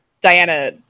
Diana